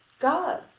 god!